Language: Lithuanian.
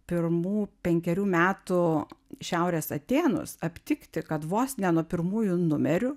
pirmų penkerių metų šiaurės atėnus aptikti kad vos ne nuo pirmųjų numerių